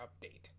update